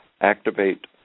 activate